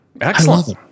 Excellent